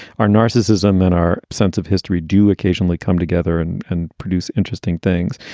our narcissism and our sense of history do occasionally come together and and produce interesting things